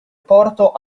porto